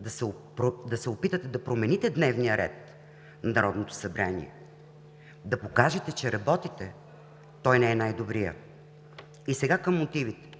да се опитате да промените дневния ред на Народното събрание, да покажете, че работите, то той не е най-добрият. По мотивите.